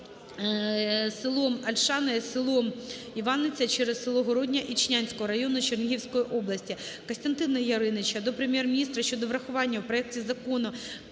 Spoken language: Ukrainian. сілом Ольшана і селом Іваниця (через село Городня) Ічнянського району Чернігівської області. Костянтина Яриніча до Прем'єр-міністра щодо врахування у проекті Закону